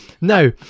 Now